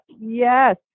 yes